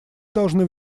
должны